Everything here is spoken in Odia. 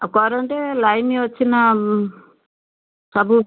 ଆଉ କରେଣ୍ଟେ୍ ଲାଇନ୍ ଅଛିନା ଉଁ ସବୁ